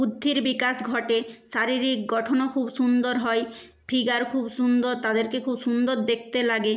বুদ্ধির বিকাশ ঘটে শারীরিক গঠনও খুব সুন্দর হয় ফিগার খুব সুন্দর তাদেরকে খুব সুন্দর দেখতে লাগে